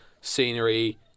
scenery